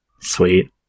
Sweet